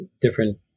different